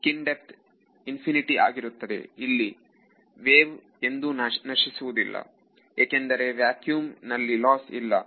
skin depth infinity ಆಗಿರುತ್ತದೆ ಇಲ್ಲಿ wave ಎಂದೊ ನಶಿಸುವುದಿಲ್ಲಏಕೆಂದರೆ ವ್ಯಾಕ್ಯೂಮ್ ನಲ್ಲಿ ಲಾಸ್ ಇಲ್ಲ